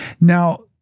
Now